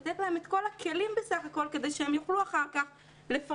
לתת להם את כל הכלים כדי שהם יוכלו אחר כך לפרנס